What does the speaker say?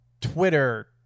Twitter